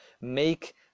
Make